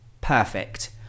perfect